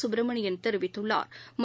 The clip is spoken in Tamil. சுப்பிரமணியன் தெரிவித்துள்ளாா்